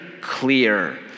clear